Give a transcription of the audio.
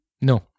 No